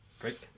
Great